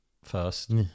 first